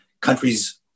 Countries